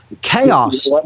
chaos